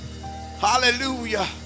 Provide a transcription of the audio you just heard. hallelujah